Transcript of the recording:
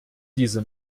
diese